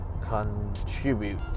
contribute